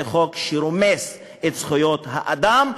זה חוק שרומס את זכויות האדם,